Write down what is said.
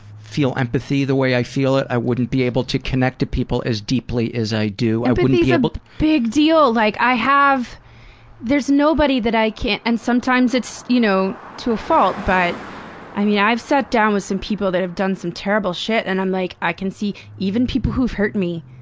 feel empathy the way i feel it. i wouldn't be able to connect to people as deeply as i do. empathy's a yeah but big deal. like, i have there's nobody that i can't and sometimes it's you know to a fault, but i mean, i've sat down with some people that have done some terrible shit and i'm like, i can see even people who've hurt me.